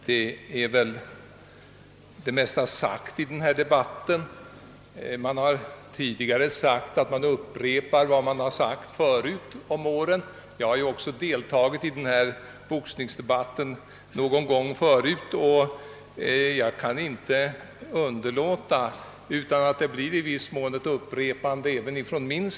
Herr talman! Det mesta är väl redan anfört i debatten. Det har också påpekats att många talare upprepat vad som sagts tidigare år. Jag har för min del någon gång förut deltagit i boxnings debatten, och jag kan inte undvika att i viss mån upprepa vad jag sagt.